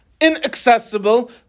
inaccessible